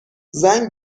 زنگ